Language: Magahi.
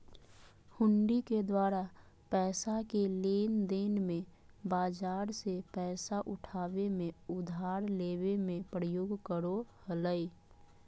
हुंडी के द्वारा पैसा के लेनदेन मे, बाजार से पैसा उठाबे मे, उधार लेबे मे प्रयोग करो हलय